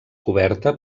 coberta